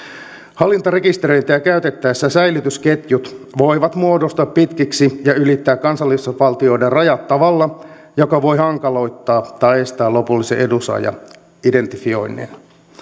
hallintarekisteröintiä käytettäessä säilytysketjut voivat muodostua pitkiksi ja ylittää kansallisvaltioiden rajat tavalla joka voi hankaloittaa tai estää lopullisen edunsaajan identifioinnin